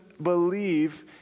believe